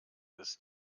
ist